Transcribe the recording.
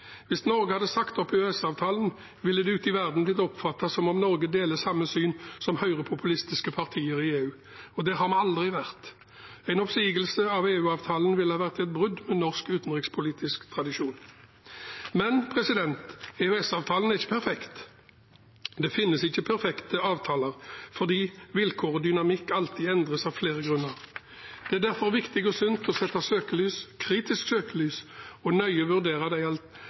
Hvis Norge hadde sagt opp EØS-avtalen, ville det ute i verden blitt oppfattet som om Norge deler samme syn som høyrepopulistiske partier i EU, og det har vi aldri gjort. En oppsigelse av EØS-avtalen ville vært et brudd med norsk utenrikspolitisk tradisjon. Men EØS-avtalen er ikke perfekt. Det finnes ikke perfekte avtaler, fordi vilkår og dynamikk alltid endres, av flere grunner. Det er derfor viktig og sunt å sette et kritisk søkelys på og nøye vurdere direktivene før de blir implementert. Nav-skandalen lærte oss det